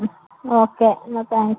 okay എന്നാല് thanks